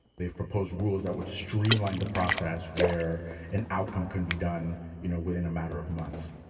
they've proposed rules that would streamline the process where an outcome can be done, you know, within a matter of months.